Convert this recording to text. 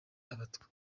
abatwa